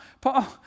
Paul